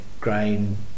Grain